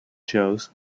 shows